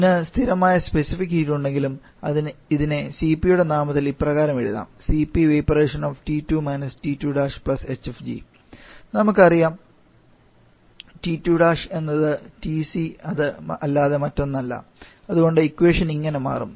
അതിന് സ്ഥിരമായ specific heat ഉണ്ടെങ്കിൽ ഇതിനെ CP യുടെ നാമത്തിൽ ഇപ്രകാരം എഴുതാം Cp vap T2 − T2 hfg|TC നമുക്കറിയാം T2 എന്നത് Tc അത് അല്ലാതെ മറ്റൊന്നല്ല അതുകൊണ്ട് ഇക്വേഷൻ ഇങ്ങനെ മാറും